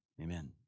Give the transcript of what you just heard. amen